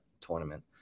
tournament